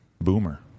Boomer